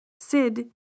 Sid